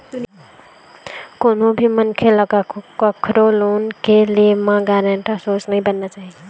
कोनो भी मनखे ल कखरो लोन के ले म गारेंटर सोझ नइ बनना चाही